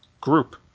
group